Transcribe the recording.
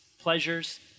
pleasures